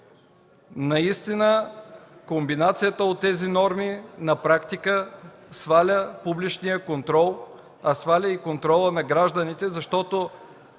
Наистина, комбинацията от тези норми на практика сваля публичния контрол, а сваля и контрола на гражданите, защото